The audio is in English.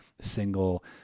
single